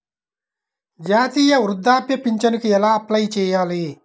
జాతీయ వృద్ధాప్య పింఛనుకి ఎలా అప్లై చేయాలి?